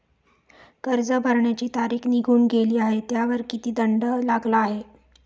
कर्ज भरण्याची तारीख निघून गेली आहे त्यावर किती दंड लागला आहे?